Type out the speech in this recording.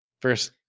First